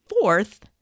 Fourth